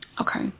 Okay